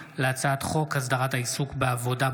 הצעת חוק הביטוח הלאומי (תיקון,